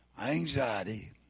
anxiety